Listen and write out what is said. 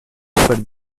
per